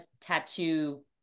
tattoo